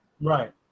Right